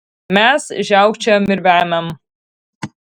mes žiaukčiojam ir vemiam